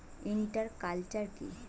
Inter culture কি?